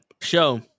show